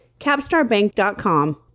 CapstarBank.com